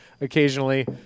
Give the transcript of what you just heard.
occasionally